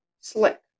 slick